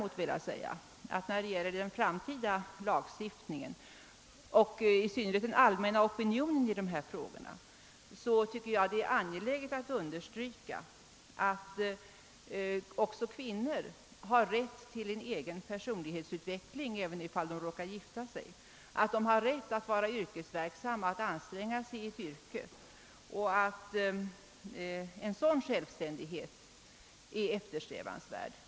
Med tanke på den framtida lagstiftningen och i synnerhet den allmänna opinionen i dessa frågor finner jag det angeläget att understryka, att också kvinnor har rätt till en egen Ppersonlighetsutveckling även ifall de råkar gifta sig, att de har rätt att anstränga sig i ett yrke och att en sådan självständighet är eftersträvansvärd.